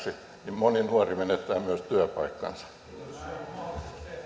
moni nuori menettää myös työpaikkansa